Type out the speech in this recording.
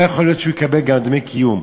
לא יכול להיות שהוא יקבל גם דמי קיום.